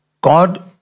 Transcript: God